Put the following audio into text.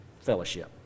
Fellowship